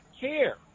care